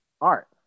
art